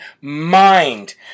mind